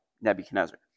Nebuchadnezzar